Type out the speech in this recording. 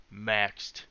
maxed